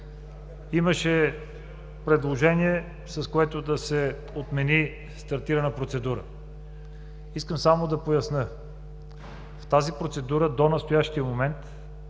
Имаше предложение, с което да се отмени стартирана процедура. Искам само да поясня. В тази процедура до настоящия момент